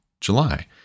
July